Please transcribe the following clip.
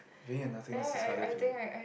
paying in nothingness is harder to read